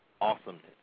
awesomeness